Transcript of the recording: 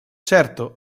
certo